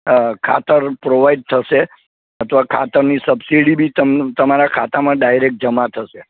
ખાતર પ્રોવાઇડ થશે અથવા ખાતરની સબસિડી બી તમને તમારા ખાતામાં ડાયરેક જમા થશે